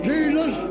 Jesus